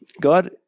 God